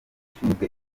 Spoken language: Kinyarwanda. ushinzwe